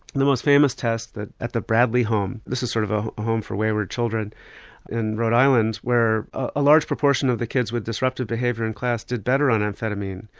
the most famous test at the bradley home, this is sort of a home for wayward children in rhode island where a large proportion of the kids with disruptive behaviour in class did better on amphetamine,